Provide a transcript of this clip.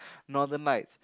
northern lights